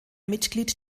mitglied